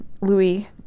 Louis